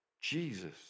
Jesus